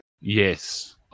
Yes